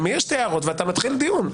אני מעיר שתי הערות ואתה מתחיל דיון.